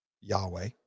Yahweh